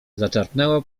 zaczerpnęła